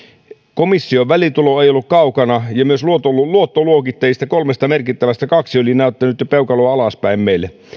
komission väliintulo ei ollut kaukana ja myös kolmesta merkittävästä luottoluokittajasta kaksi oli jo näyttänyt peukaloa alaspäin meille